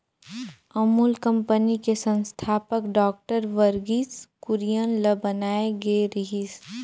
Amul company के संस्थापक doctor Verghese Kurien ल बनाए गे रिहिस